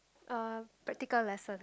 uh practical lesson